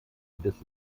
jedes